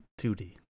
2D